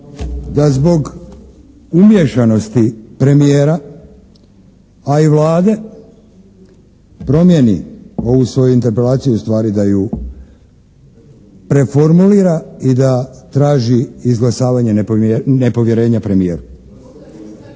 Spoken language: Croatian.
da zbog umiješanosti premijera, a i Vlade promijeni ovu svoju interpelaciju u stvari da ju preformulira i da traži izglasavanje nepovjerenja premijeru.